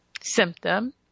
symptom